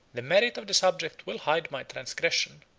the merit of the subject will hide my transgression,